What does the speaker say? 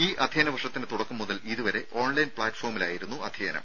ഈ അധ്യയന വർഷത്തിന്റെ തുടക്കം മുതൽ ഇതുവരെ ഓൺലൈൻ പ്ലാറ്റ് ഫോമിലായിരുന്നു അധ്യയനം